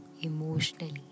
emotionally